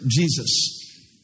Jesus